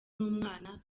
numwana